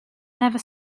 never